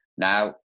Now